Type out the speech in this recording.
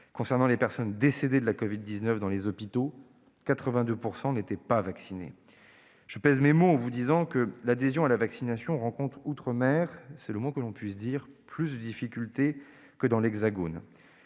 Concernant les personnes décédées de la covid-19 dans les hôpitaux, 82 % n'étaient pas vaccinées. Je pèse mes mots en vous disant que l'adhésion à la vaccination rencontre plus de réticences- c'est le moins que l'on puisse dire -en outre-mer que dans l'Hexagone.